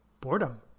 boredom